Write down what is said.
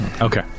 Okay